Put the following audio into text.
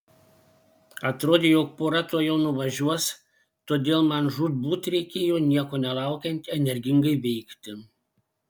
atrodė jog pora tuojau nuvažiuos todėl man žūtbūt reikėjo nieko nelaukiant energingai veikti